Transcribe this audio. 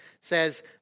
says